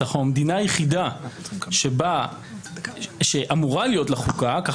אנחנו המדינה היחידה שאמורה להיות לה חוקה כך